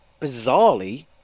bizarrely